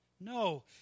No